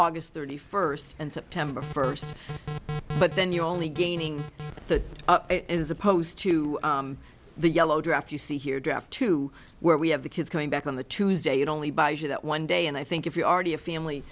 august thirty first and september first but then you're only gaining the as opposed to the yellow draft you see here draft two where we have the kids going back on the tuesday and only by that one day and i think if you're already a family